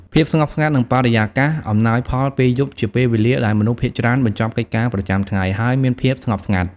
ភាពស្ងប់ស្ងាត់ និងបរិយាកាសអំណោយផលពេលយប់ជាពេលវេលាដែលមនុស្សភាគច្រើនបញ្ចប់កិច្ចការប្រចាំថ្ងៃ ហើយមានភាពស្ងប់ស្ងាត់ ។